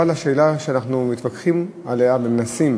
אבל השאלה שאנחנו מתווכחים עליה ומנסים